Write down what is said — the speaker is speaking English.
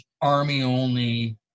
army-only